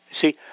See